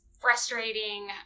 frustrating